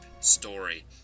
story